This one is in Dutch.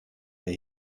hij